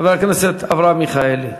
חבר הכנסת אברהם מיכאלי.